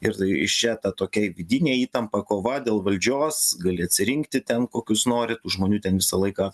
ir tai iš čia ta tokia vidinė įtampa kova dėl valdžios gali atsirinkti ten kokius nori tų žmonių ten visą laiką